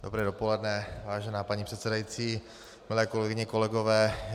Dobré dopoledne, vážená paní předsedající, milé kolegyně, kolegové.